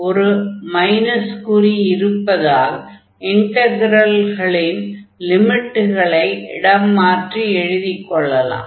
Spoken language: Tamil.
ஒரு மைனஸ் குறி இருப்பதால் இன்டக்ரல்களின் லிமிட்களை இடம் மாற்றி எழுதிக் கொள்ளலாம்